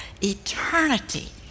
eternity